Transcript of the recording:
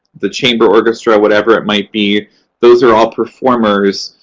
the chamber orchestra, whatever it might be those are all performers,